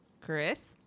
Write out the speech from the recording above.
Chris